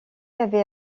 avait